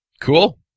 cool